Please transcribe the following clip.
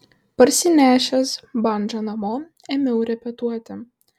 parsinešęs bandžą namo ėmiau repetuoti